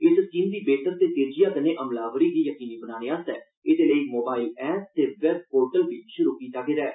इस स्कीमै दी बेहतर ते तेजियां कन्नै अमलावरी गी यकीनी बनाने लेई एदे लेई मोबाईल ऐप ते वैब पोर्टल बी शुरु कीता गेदा ऐ